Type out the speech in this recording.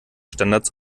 standards